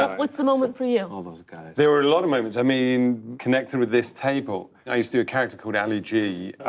what's the moment for you? all those guys. there were a lot of moments. i mean, connected with this table, i used to do a character called ali g.